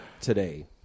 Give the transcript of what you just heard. today